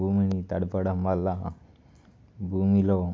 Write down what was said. భూమిని తడపడం వల్ల భూమిలో